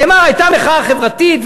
הייתה מחאה חברתית,